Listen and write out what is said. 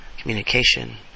communication